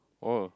oh